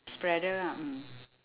spreader ah mm